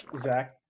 Zach